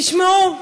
תשמעו,